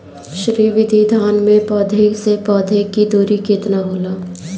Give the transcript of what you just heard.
श्री विधि धान में पौधे से पौधे के दुरी केतना होला?